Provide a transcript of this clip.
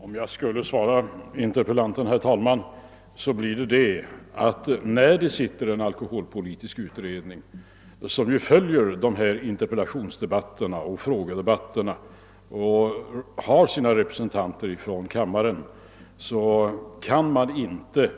Herr talman! Om jag skall svara interpellanten blir det följande: När en alkoholpolitisk utredning är tillsatt, och denna genom sina representanter här i kammaren följer dessa interpellationsoch frågedebatter, kan man inte